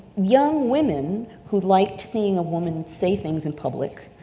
young women who liked seeing a woman say things in public.